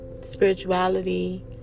spirituality